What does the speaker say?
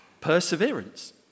perseverance